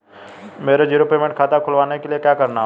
मुझे zero payment खाता खुलवाने के लिए क्या करना होगा?